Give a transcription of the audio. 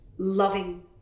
loving